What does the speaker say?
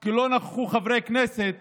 כי לא נכחו חברי כנסת